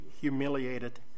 humiliated